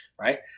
right